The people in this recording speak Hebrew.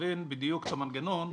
ולהבין בדיוק את המנגנון,